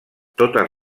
totes